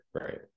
Right